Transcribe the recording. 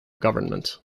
government